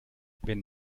wenn